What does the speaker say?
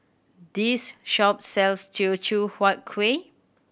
this shop sells Teochew Huat Kuih